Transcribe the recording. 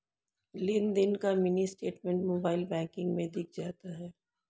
लेनदेन का mini statement mobile banking में दिख जाता है